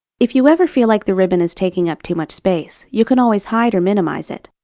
if you ever feel like the ribbon is taking up too much space, you can always hide or minimize it.